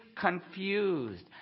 confused